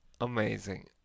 amazing